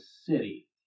city